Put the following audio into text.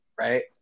right